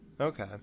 Okay